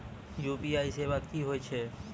UPI सेवा की होय छै?